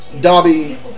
Dobby